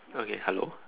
okay hello